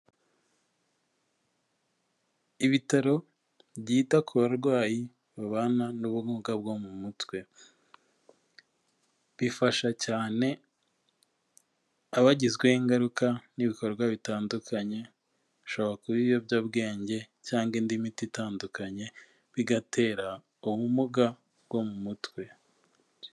Ibitaro byita ku barwayi babana n'ubumuga bwo mu mutwe, bifasha cyane abagizweho ingaruka n'ibikorwa bitandukanye, bishobora kuba ibiyobyabwenge cyangwa indi miti itandukanye, bigatera ubumuga bwo mu mutwe.